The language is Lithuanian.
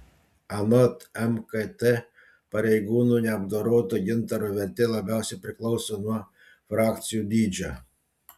anot mkt pareigūnų neapdoroto gintaro vertė labiausiai priklauso nuo frakcijų dydžio